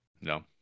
No